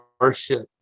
worship